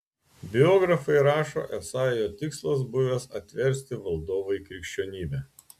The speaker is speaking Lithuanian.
biografai rašo esą jo tikslas buvęs atversti valdovą į krikščionybę